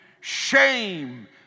Shame